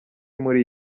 muri